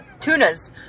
tunas